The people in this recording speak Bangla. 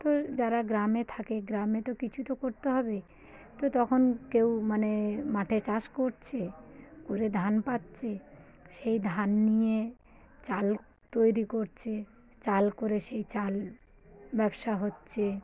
তো যারা গ্রামে থাকে গ্রামে তো কিছু তো করতে হবে তো তখন কেউ মানে মাঠে চাষ করছে করে ধান পাচ্ছে সেই ধান নিয়ে চাল তৈরি করছে চাল করে সেই চাল ব্যবসা হচ্ছে